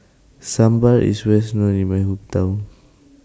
Sambar IS Wells known in My Hometown